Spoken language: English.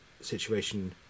situation